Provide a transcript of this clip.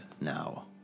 now